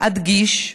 אדגיש,